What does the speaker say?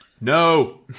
No